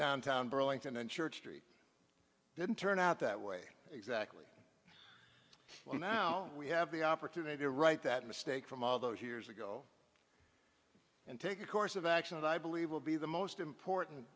downtown burlington and church street didn't turn out that way exactly well now we have the opportunity to write that mistake from all those years ago and take a course of action i believe will be the most important